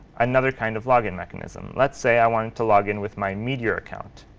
another kind of login mechanism? let's say i wanted to log in with my meteor account.